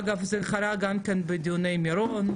אגב, זה קרה גם כן בדיוני מירון.